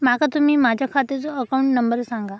माका तुम्ही माझ्या खात्याचो अकाउंट नंबर सांगा?